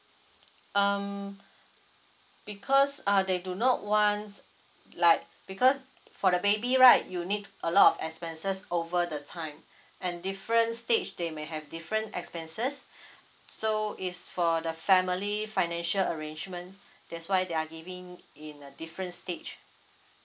um because uh they do not wants like because for the baby right you need a lot of expenses over the time and different stage they may have different expenses so is for the family financial arrangement that's why they are giving in a different stage